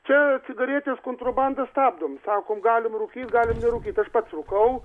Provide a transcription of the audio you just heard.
čia cigaretės kontrabandą stabdom sakom galim rūkyt galim nerūkyt aš pats rūkau